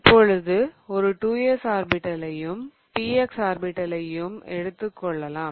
இப்பொழுது ஒரு 2s ஆர்பிடலையும் px ஆர்பிடலையும் எடுத்துக் கொள்ளலாம்